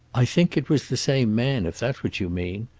i think it was the same man, if that's what you mean.